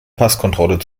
passkontrolle